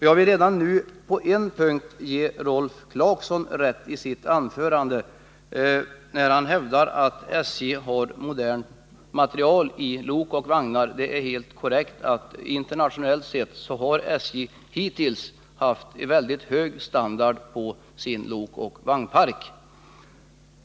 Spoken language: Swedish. Jag vill redan nu på en punkt ge Rolf Clarkson rätt, nämligen när han i sitt anförande hävdar att SJ har modern materiel i fråga om lok och vagnar. Det är helt korrekt att SJ internationellt sett hittills haft en mycket hög standard på sin lokoch vagnpark.